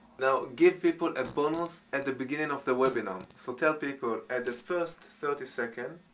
now, give people a bonus at the beginning of the webinar so tell people at the first thirty seconds,